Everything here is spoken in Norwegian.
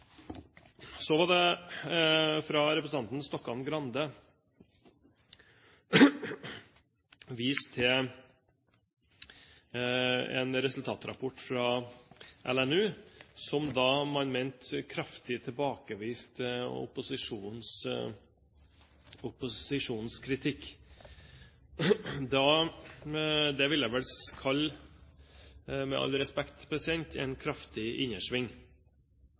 Så gjelder det at representanten Stokkan-Grande viste til en resultatrapport fra Landsrådet for Norges barne- og ungdomsorganisasjoner, som man mente kraftig tilbakeviste opposisjonens kritikk. Det vil jeg, med all respekt, kalle en kraftig innersving.